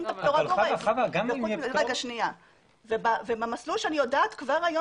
את הפטור הגורף ובמסלול שאני יודעת כבר היום,